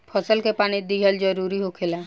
फसल के पानी दिहल जरुरी होखेला